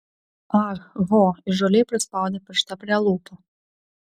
ah ho įžūliai prispaudė pirštą prie lūpų